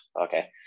okay